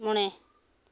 ᱢᱚᱬᱮ